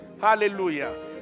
Hallelujah